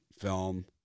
film